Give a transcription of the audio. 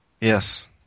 Yes